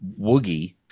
Woogie